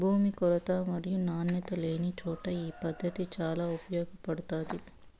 భూమి కొరత మరియు నాణ్యత లేనిచోట ఈ పద్దతి చాలా ఉపయోగపడుతాది